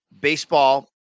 baseball